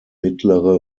mittlere